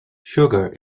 sugar